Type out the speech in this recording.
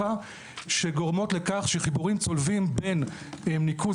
שגורמות לכך שחיבורים צולבים בין ניקוז